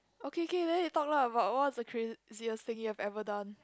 okay okay then you talk lah about what's the craziest thing you have ever done